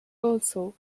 also